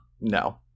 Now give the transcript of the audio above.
no